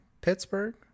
Pittsburgh